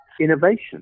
innovation